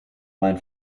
mein